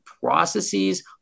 processes